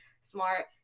smart